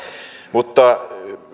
mutta